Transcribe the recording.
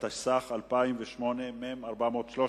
התשס"ט 2008, מ/413,